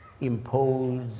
impose